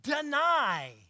deny